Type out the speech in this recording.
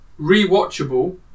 Rewatchable